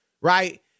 Right